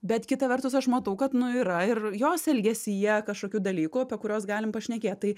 bet kita vertus aš matau kad nu yra ir jos elgesyje kažkokių dalykų apie kuriuos galim pašnekėt tai